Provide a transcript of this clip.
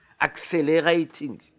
Accelerating